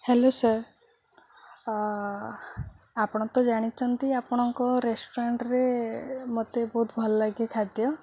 hello sir ଆପଣ ତ ଜାଣିଛନ୍ତି ଆପଣଙ୍କ ରେଷ୍ଟୁରାଣ୍ଟ୍ରେ ମୋତେ ବହୁତ ଭଲ ଲାଗେ ଖାଦ୍ୟ